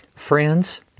Friends